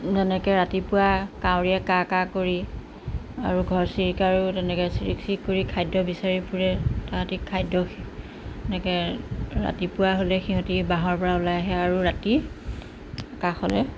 যেনেকৈ ৰাতিপুৱা কাউৰীয়ে কা কা কৰি আৰু ঘৰচিৰিকাও তেনেকৈ চিৰিক চিৰিক কৰি খাদ্য বিচাৰি ফুৰে তাহাঁতি খাদ্য এনেকৈ ৰাতিপুৱা হ'লে সিহঁতে বাহৰপৰা ওলাই আহে আৰু ৰাতি আকাশলৈ